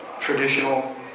traditional